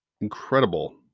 incredible